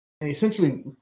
essentially